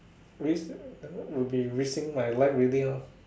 risk will be risking my life already ah